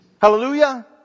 Hallelujah